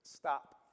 Stop